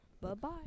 Bye-bye